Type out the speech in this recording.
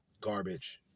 garbage